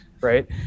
right